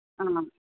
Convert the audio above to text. हां